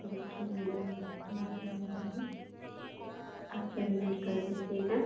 ठीक है नंबन बता रहे हैं आप पेमेंट कर दीजिएगा